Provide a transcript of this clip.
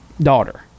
daughter